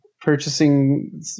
purchasing